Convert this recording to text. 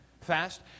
fast